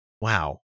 wow